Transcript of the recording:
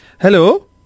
Hello